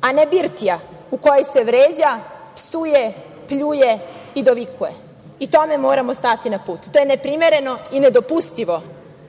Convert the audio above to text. a ne birtija u kojoj se vređa, psuje, pljuje i dovikuje i tome moramo stati na put. To je neprimereno i nedopustivo